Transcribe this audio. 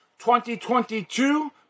2022